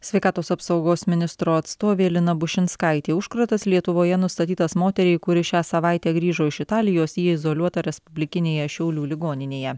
sveikatos apsaugos ministro atstovė lina bušinskaitė užkratas lietuvoje nustatytas moteriai kuri šią savaitę grįžo iš italijos ji izoliuota respublikinėje šiaulių ligoninėje